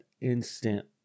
instant